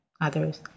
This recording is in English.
others